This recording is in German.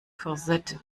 korsett